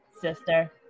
sister